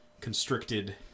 constricted